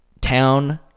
town